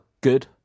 Good